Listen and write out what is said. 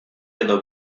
edo